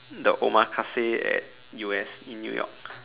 the omakase at U_S in new York